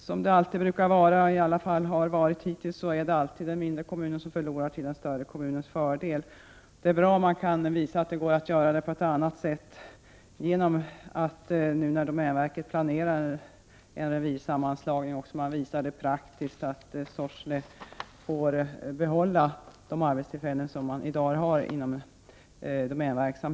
Som det alltid brukar vara, och som det har varit hittills, är det alltid den mindre kommunen som förlorar till den större kommunens fördel. Det är bra om det går att visa att man kan göra det på något annat sätt. När domänverket nu planerar en revirsammanslagning kan man visa praktiskt att Sorsele får behålla de arbetstillfällen som man i dag har inom domänverket.